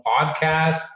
podcast